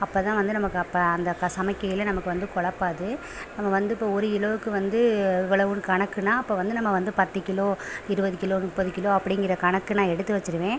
அப்போ தான் வந்து நமக்கு அப்போ அந்த க சமைக்கையில் நமக்கு வந்து குழப்பாது நம்ம வந்து இப்போ ஒரு கிலோவுக்கு வந்து இவ்வளவுன்னு கணக்குனா அப்போ வந்து நம்ம வந்து பத்து கிலோ இருபது கிலோ முப்பது கிலோ அப்படிங்கிற கணக்கு நான் எடுத்து வச்சுருவேன்